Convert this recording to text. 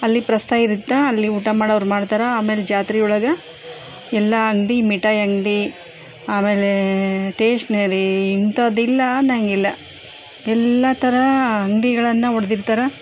ಅಲ್ಲಿ ಪ್ರಸ್ತ ಇರುತ್ತೆ ಅಲ್ಲಿ ಊಟ ಮಾಡವ್ರು ಮಾಡ್ತಾರೆ ಆಮೇಲೆ ಜಾತ್ರೆ ಒಳಗೆ ಎಲ್ಲ ಅಂಗಡಿ ಮಿಠಾಯಿ ಅಂಗಡಿ ಆಮೇಲೆ ಟೇಶ್ನರಿ ಇಂಥದ್ದು ಇಲ್ಲ ಅನ್ನೋಂಗಿಲ್ಲ ಎಲ್ಲ ಥರ ಅಂಗಡಿಗಳನ್ನ ಹೊಡ್ದಿರ್ತಾರ